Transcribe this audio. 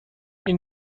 این